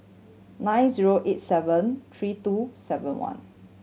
nine zero eight seven three two seven one